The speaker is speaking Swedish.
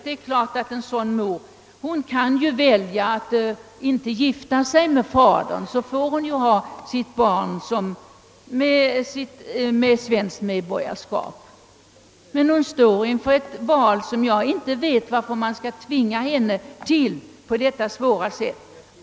Det finns ju den möjligheten att modern inte gifter sig med den utländske fadern till barnet och att barnet alltså får svenskt medborgarskap. Men jag har svårt att förstå varför man skall tvinga henne till ett sådant val.